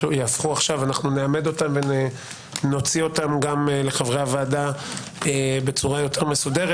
נעמד אותם ונוציא אותם גם לחברי הוועדה בצורה יותר מסודרת,